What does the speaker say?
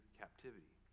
captivity